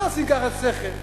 לא עושים ככה סכר.